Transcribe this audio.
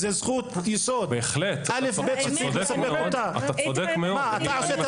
זו איזו שהיא תכנית ישראלית של ישרא-בלוף כזה,